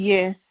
Yes